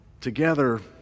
together